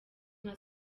nka